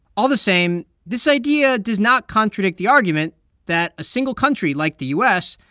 all the same, this idea does not contradict the argument that a single country, like the u s,